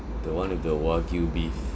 the one with the wagyu beef